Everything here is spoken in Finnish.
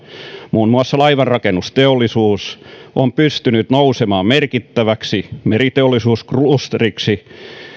muun muassa laivarakennusteollisuus on pystynyt nousemaan merkittäväksi meriteollisuusklusteriksi